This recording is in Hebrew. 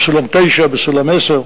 9 בסולם, 10 בסולם,